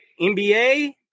NBA